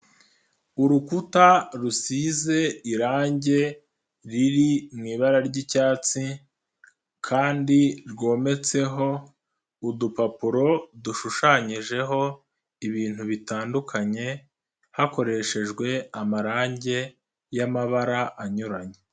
Urukuta rusize irange riri mu ibara ry'icyatsi kandi rwometseho udupapuro dushushanyijeho ibintu bitandukanye, hakoreshejwe amarangi y'amabara anyuranye.